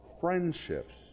friendships